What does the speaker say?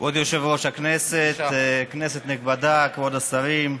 כבוד יושב-ראש הישיבה, כנסת נכבדה, כבוד השרים,